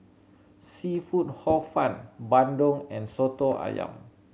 seafood Hor Fun bandung and Soto Ayam